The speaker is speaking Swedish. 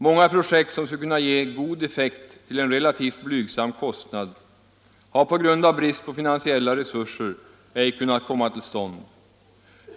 Många projekt, som skulle kunna ge god effekt till en relativt blygsam kostnad, har på grund av brist på finansiella resurser ej kunnat komma till stånd.